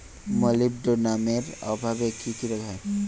মলিবডোনামের অভাবে কি কি রোগ হয়?